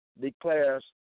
declares